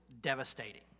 devastating